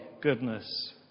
goodness